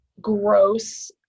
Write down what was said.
gross